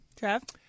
Trav